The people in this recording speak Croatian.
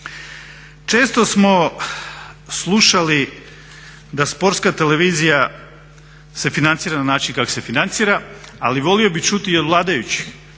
Često smo slušali da sportska televizija se financira na način kako se financira, ali volio bih čuti i od vladajućih